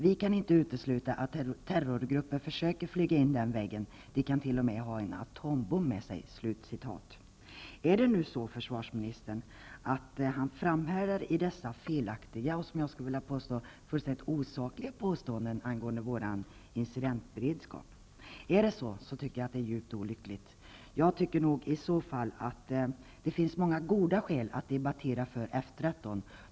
Vi kan inte utesluta att terrorgrupper försöker flyga in den vägen. De kan till och med ha en atombomb med sig.'' Om försvarsministern framhärdar i dessa felaktiga och, skulle jag vilja påstå, fullständigt osakliga påståenden angående vår incidentberedskap, tycker jag att det är djupt olyckligt. Jag tycker att det i så fall finns många goda skäl att plädera för F 13.